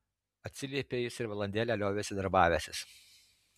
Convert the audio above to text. atsiliepė jis ir valandėlę liovėsi darbavęsis